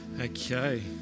Okay